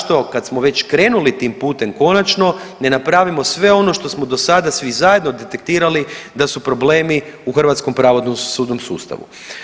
Zašto kad smo već krenuli tim putem konačno ne napravimo sve ono što smo do sada svi zajedno detektirali da su problemi u hrvatskom pravosudnom sustavu.